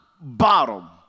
bottom